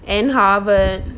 and harvard